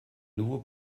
nouveau